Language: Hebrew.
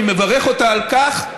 אני מברך אותה על כך.